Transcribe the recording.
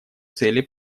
цели